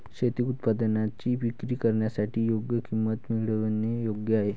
शेती उत्पादनांची विक्री करण्यासाठी योग्य किंमत मिळवणे योग्य आहे